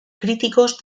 críticos